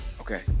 okay